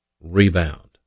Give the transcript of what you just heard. rebound